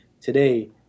today